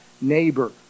neighbor